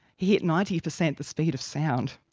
he hit ninety per cent the speed of sound.